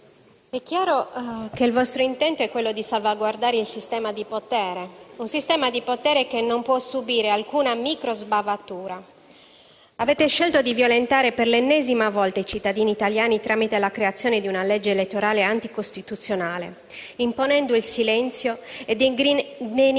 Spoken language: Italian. è chiaro che il vostro intento è quello di salvaguardare il sistema di potere. Un sistema di potere che non può subire alcuna microsbavatura. Avete scelto di violentare per l'ennesima volta i cittadini italiani tramite la creazione di una legge elettorale anticostituzionale, imponendo il silenzio e denigrando